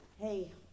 hey